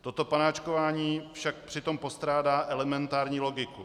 Toto panáčkování však přitom postrádá elementární logiku.